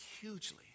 hugely